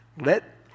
Let